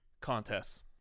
contests